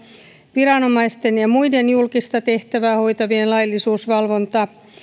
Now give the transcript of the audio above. viranomaisten ja muiden julkista tehtävää hoitavien laillisuusvalvonta